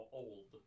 old